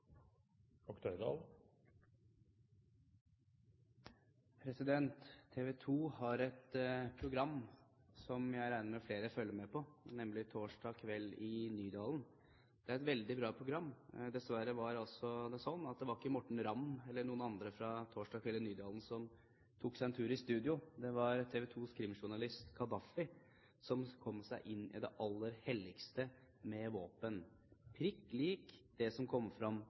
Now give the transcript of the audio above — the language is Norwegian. et program som jeg regner med at flere følger med på, nemlig «Torsdag kveld fra Nydalen». Det er et veldig bra program. Dessverre var det ikke slik at det var Morten Ramm eller noen andre fra «Torsdag kveld fra Nydalen» som tok seg en tur i studio, det var TV 2-krimjournalist Kadafi som kom seg inn i det aller helligste med våpen – prikk likt det som kom fram